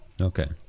okay